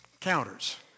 counters